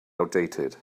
outdated